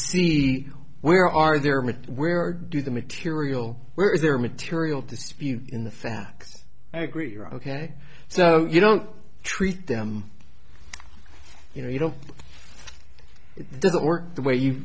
see where are their where do the material where is their material dispute in the facts i agree ok so you don't treat them you know you don't it doesn't work the way you